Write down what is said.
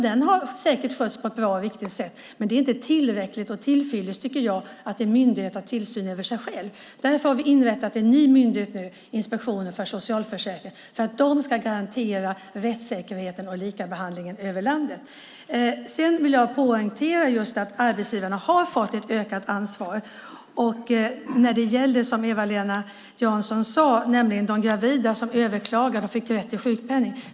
Den har säkert skötts på ett bra och riktigt sätt, men jag tycker inte att det är tillräckligt att en myndighet har tillsyn över sig själv. Därför har vi nu inrättat en ny myndighet, Inspektionen för socialförsäkringen, som ska garantera rättssäkerheten och likabehandlingen över landet. Jag vill poängtera att arbetsgivarna har fått ett ökat ansvar. Eva-Lena Jansson nämnde de gravida som överklagade och fick rätt till sjukpenning.